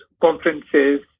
conferences